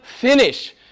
finish